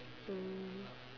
mm